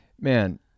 man